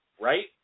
right